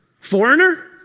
foreigner